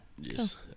Yes